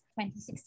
2016